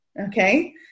okay